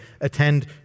attend